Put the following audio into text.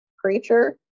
creature